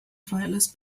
flightless